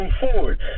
forward